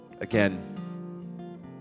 again